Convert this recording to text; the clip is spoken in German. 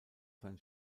sein